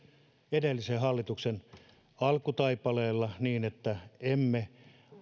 edellisen hallituksen alkutaipaleella niin että emme